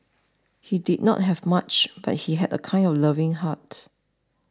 he did not have much but he had a kind and loving heart